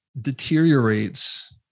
Deteriorates